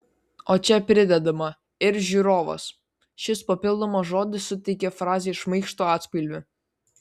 o čia pridedama ir žiūrovas šis papildomas žodis suteikia frazei šmaikštų atspalvį